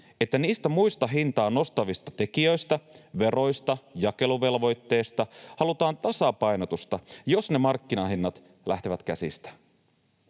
että niistä muista hintaa nostavista tekijöistä — veroista, jakeluvelvoitteesta — halutaan tasapainotusta, jos ne markkinahinnat lähtevät käsistä,